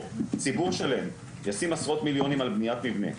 ציבור שלם ישים עשרות מיליונים על בניית מבנה,